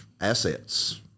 assets